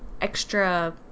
extra